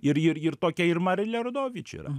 ir ir ir tokia ir marilė rodovič yra